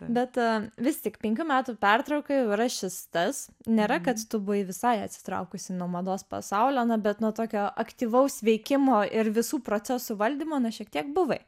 bet a vis tik penkių metų pertrauka jau yra šis tas nėra kad tu buvai visai atsitraukusi nuo mados pasaulio na bet nuo tokio aktyvaus veikimo ir visų procesų valdymo na šiek tiek buvai